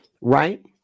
Right